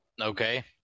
Okay